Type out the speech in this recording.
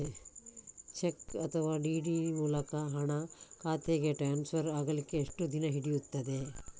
Check ಅಥವಾ DD ಮೂಲಕ ಹಣ ಖಾತೆಗೆ ಟ್ರಾನ್ಸ್ಫರ್ ಆಗಲಿಕ್ಕೆ ಎಷ್ಟು ದಿನ ಹಿಡಿಯುತ್ತದೆ?